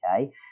okay